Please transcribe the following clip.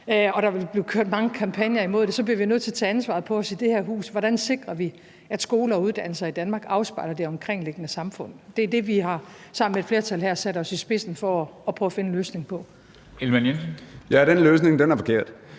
og der vil blive kørt mange kampagner imod det, nødt til at tage ansvaret på os i det her hus: Hvordan sikrer vi, at skoler og uddannelser i Danmark afspejler det omkringliggende samfund? Det er det, vi sammen med et flertal her har sat os i spidsen for at prøve at finde en løsning på. Kl. 13:08 Formanden (Henrik